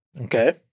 Okay